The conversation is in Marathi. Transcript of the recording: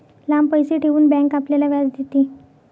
लांब पैसे ठेवून बँक आपल्याला व्याज देते